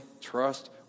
trust